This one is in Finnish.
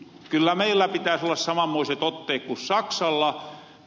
kyllä meillä pitääs olla samanmoiset otteet ku saksalla